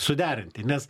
suderinti nes